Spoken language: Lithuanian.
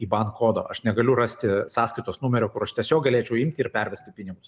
iban kodo to aš negaliu rasti sąskaitos numerio kur aš tiesiog galėčiau imti ir pervesti pinigus